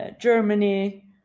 Germany